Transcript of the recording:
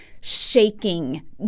shaking